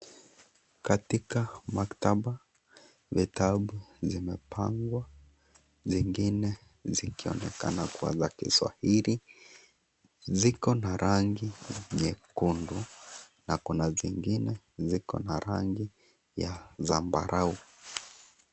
Katika maktaba vitabu vimepangwa, zingine zikionekana kuwa za Kiswahili. Ziko na rangi nyekundu na nyingine ziko na rangi ya zambarau.